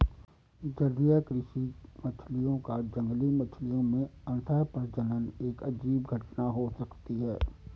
जलीय कृषि मछलियों का जंगली मछलियों में अंतःप्रजनन एक अजीब घटना हो सकती है